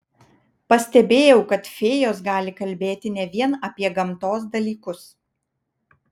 pastebėjau kad fėjos gali kalbėti ne vien apie gamtos dalykus